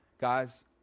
guys